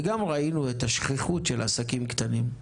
ראינו את השכיחות של עסקים קטנים: